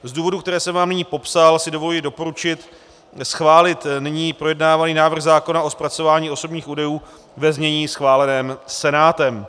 Z důvodů, které jsem vám nyní popsal, si dovoluji doporučit schválit nyní projednávaný návrh zákona o zpracování osobních údajů ve znění schváleném Senátem.